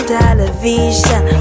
television